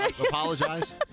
Apologize